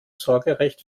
sorgerecht